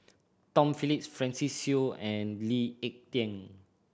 Tom Phillips Francis Seow and Lee Ek Tieng